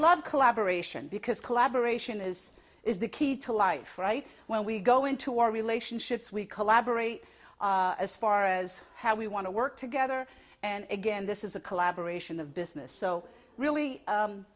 love collaboration because collaboration is is the key to life when we go into our relationships we collaborate as far as how we want to work together and again this is a collaboration of business so really